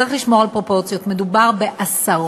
צריך לשמור על פרופורציות: מדובר בעשרות,